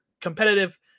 competitive